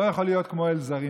לא יכול להיות כמו אל זרים,